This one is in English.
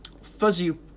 Fuzzy